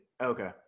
Okay